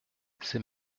c’est